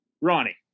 Ronnie